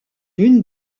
l’une